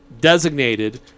designated